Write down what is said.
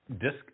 disk